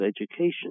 education